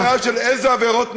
יש כאן הגדרה של איזה עבירות נעשו.